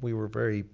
we were very